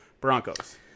Broncos